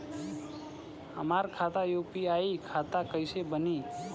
हमार खाता यू.पी.आई खाता कईसे बनी?